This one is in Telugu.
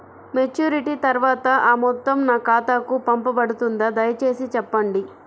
మెచ్యూరిటీ తర్వాత ఆ మొత్తం నా ఖాతాకు పంపబడుతుందా? దయచేసి చెప్పండి?